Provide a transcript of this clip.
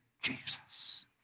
Jesus